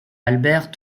albert